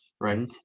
right